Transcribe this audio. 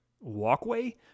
walkway